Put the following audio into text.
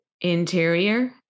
interior